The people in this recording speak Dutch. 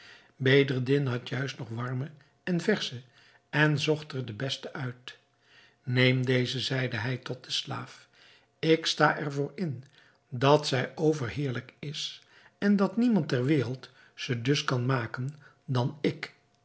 bedreddin had juist nog warme en versche en zocht er de beste uit neem deze zeide hij tot den slaaf ik sta er voor in dat zij overheerlijk is en dat niemand ter wereld ze dus kan maken dan ik